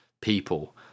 people